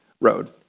Road